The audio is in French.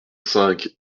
cinq